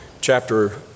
chapter